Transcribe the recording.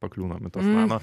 pakliūnam į tuos nano